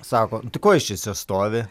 sako nu tai ko jis šičia stovi